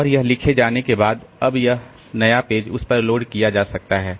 और यह लिखे जाने के बाद अब यह नया पेज उस पर लोड किया जा सकता है